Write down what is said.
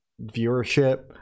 viewership